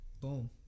boom